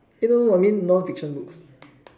eh no no I mean non fiction books